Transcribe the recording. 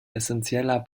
essenzieller